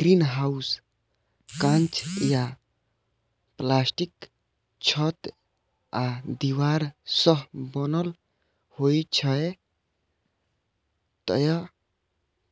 greenhouse कांच या प्लास्टिकक छत आ दीवार सं बनल होइ छै, जतय